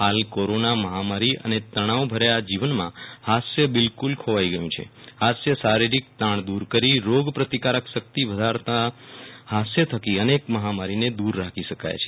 હાલ કોરોના મહામારી અને તણાવભર્યા જીવનમાં હાસ્ય બિલકુલ ખોવાઈ ગયું છે હાસ્ય તાણ દુર કરી રોગ પ્રતિકારક શક્તિ વધારતા હાસ્ય થકી અનેક મહામારી દુર રાખી શકાય છે